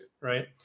right